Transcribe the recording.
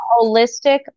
holistic